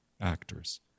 actors